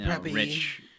rich